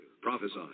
prophesy